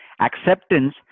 acceptance